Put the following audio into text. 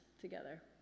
together